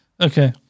Okay